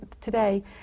today